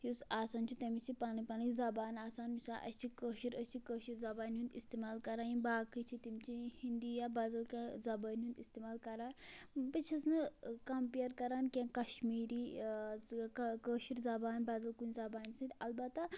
یُس آسان چھُ تٔمِس چھِ پَنٕنۍ پَنٕنۍ زبان آسان مِثال أسۍ چھِ کٲشِر أسۍ چھِ کٲشِر زَبانہِ ہُنٛد اِستعمال کَران یِم باقٕے چھِ تِم چھِ ہِندی یا بدل کانٛہہ زَبٲنۍ ہُنٛد استعمال کَران بہٕ چھَس نہٕ کَمپِیر کَران کینٛہہ کَشمیٖری کٲشِر زبان بدل کُنہِ زبانہِ سۭتۍ البتہ